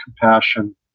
compassion